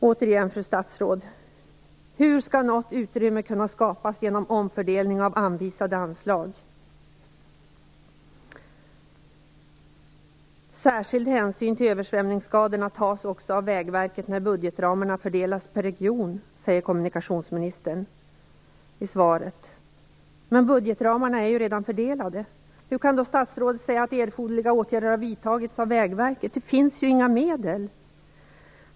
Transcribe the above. Hur skall, fru statsråd, något utrymme kunna skapas genom omfördelning av anvisade anslag? "Särskild hänsyn till översvämningsskadorna tas också av Vägverket när budgetramarna fördelas per region", säger kommunikationsministern i svaret. Men budgetramarna är redan fördelade. Hur kan statsrådet säga att erforderliga åtgärder har vidtagits av Vägverket? Det finns ju inga medel.